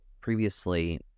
previously